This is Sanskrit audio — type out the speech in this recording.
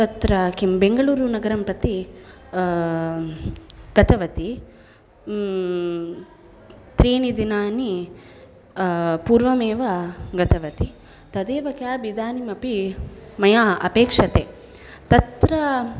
तत्र किं बेङ्गलूरुनगरं प्रति गतवती त्रीणिदिनानि पूर्वमेव गतवती तदेव केब् इदानीमपि मया अपेक्षते तत्र